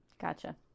Gotcha